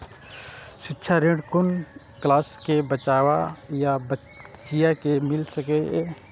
शिक्षा ऋण कुन क्लास कै बचवा या बचिया कै मिल सके यै?